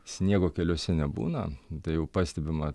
sniego keliuose nebūna tai jau pastebima